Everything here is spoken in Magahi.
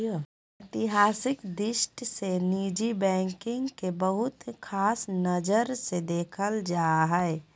ऐतिहासिक दृष्टि से निजी बैंकिंग के बहुत ख़ास नजर से देखल जा हइ